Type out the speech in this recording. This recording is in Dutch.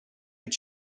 het